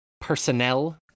personnel